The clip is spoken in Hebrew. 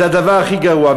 זה הדבר הכי גרוע.